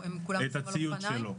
את הציוד שלו.